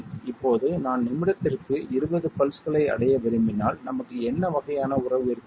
இப்போது நான் நிமிடத்திற்கு 20 பல்ஸ்களை அடைய விரும்பினால் நமக்கு என்ன வகையான உறவு இருக்கிறது